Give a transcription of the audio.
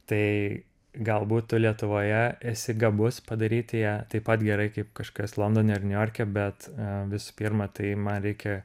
tai galbūt tu lietuvoje esi gabus padaryti ją taip pat gerai kaip kažkas londone ar niujorke bet visų pirma tai man reikia